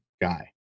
guy